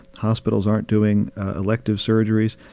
hospitals aren't doing elective surgeries.